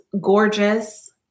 gorgeous